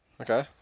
Okay